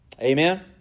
Amen